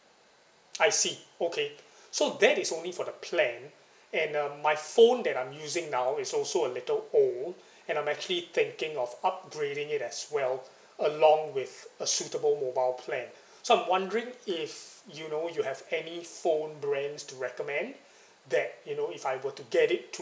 I see okay so that is only for the plan and uh my phone that I'm using now is also a little old and I'm actually thinking of upgrading it as well along with a suitable mobile plan so I'm wondering if you know you have any phone brands to recommend that you know if I were to get it